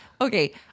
okay